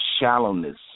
shallowness